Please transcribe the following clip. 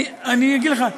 אני אגיד לך,